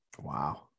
Wow